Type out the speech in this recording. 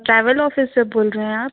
travel office से बोल रहें आप